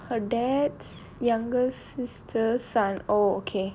her dad's younger sister's son oh ok